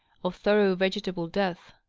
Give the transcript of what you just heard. of thorough v etable death.